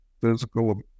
physical